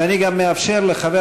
ואני גם אאפשר לחבר